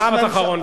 משפט אחרון.